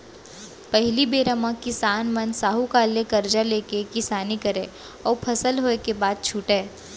पहिली बेरा म किसान मन साहूकार ले करजा लेके किसानी करय अउ फसल होय के बाद छुटयँ